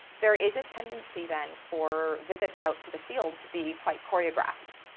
there is a tendency then for visits out to the field to be quite choreographed.